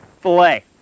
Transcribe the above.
Filet